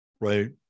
right